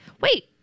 wait